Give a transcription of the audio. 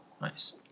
nice